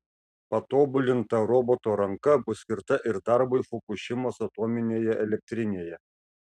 patobulinta roboto ranka bus skirta ir darbui fukušimos atominėje elektrinėje